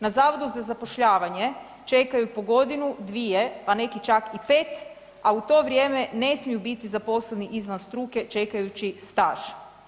Na Zavodu za zapošljavanje čekaju po godinu, dvije, a neki čak i 5, a u to vrijeme ne smiju biti zaposleni izvan struke čekajući staž.